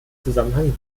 zusammenhang